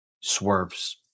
Swerve's